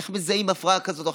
איך מזהים הפרעה כזאת.